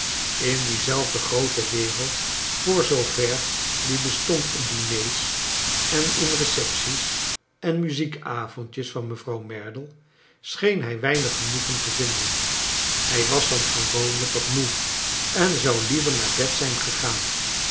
in die zelfde groote wereld voor zoo ver die bestond in diners en in recepties en muziekavondjes van mevrouw merdle scheen hij weinig genoegen te vinden hij was dan gewoonlijk wat moe en zou liever naar bed zijn gegaan